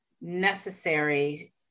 necessary